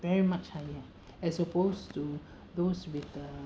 very much higher as opposed to those with the